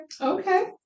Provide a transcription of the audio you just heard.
Okay